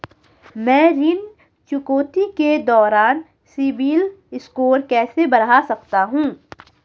मैं ऋण चुकौती के दौरान सिबिल स्कोर कैसे बढ़ा सकता हूं?